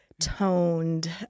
toned